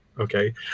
Okay